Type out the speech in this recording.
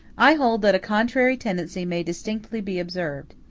i hold that a contrary tendency may distinctly be observed.